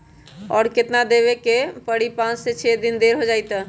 और केतना देब के परी पाँच से छे दिन देर हो जाई त?